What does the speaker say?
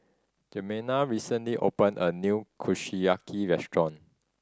Jimena recently opened a new Kushiyaki restaurant